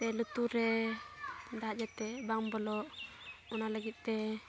ᱥᱮ ᱞᱩᱛᱩᱨ ᱨᱮ ᱫᱟᱜ ᱡᱟᱛᱮ ᱵᱟᱝ ᱵᱚᱞᱚᱜ ᱚᱱᱟ ᱞᱟᱹᱜᱤᱫᱼᱛᱮ